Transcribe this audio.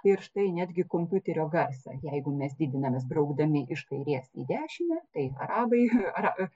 ir štai netgi kompiuterio garsą jeigu mes didinamės braukdami iš kairės į dešinę tai arabai ar